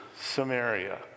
Samaria